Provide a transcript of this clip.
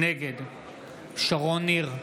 נגד שרון ניר,